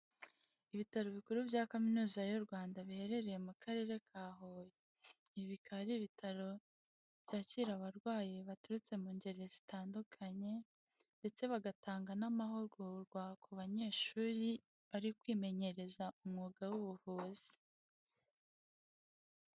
Ibitaro bikuru bya Kaminuza y'u Rwanda biherereye mu karere ka Huye, ibi bikaba ari ibitaro byakira abarwayi baturutse mu ngeri zitandukanye, ndetse bagatanga n'amahugurwa ku banyeshuri bari kwimenyereza umwuga w'ubuvuzi.